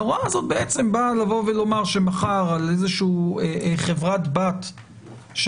ההוראה הזאת בעצם באה לומר שמחר על איזושהי חברת בת של